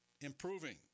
improving